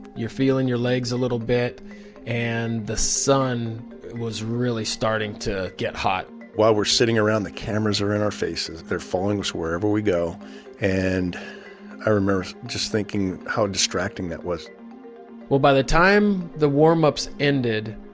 you're feeling your legs a little bit and the sun was really starting to get hot while we're sitting around, the cameras or in our faces. they're following us wherever we go and i remember just thinking how distracting that was well, by the time the warm-ups ended,